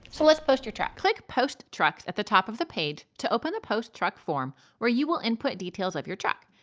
so let's post your truck. click post trucks at the top of the page to open the post truck forum where you will input details of your truck,